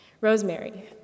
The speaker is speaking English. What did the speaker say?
Rosemary